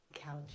Couch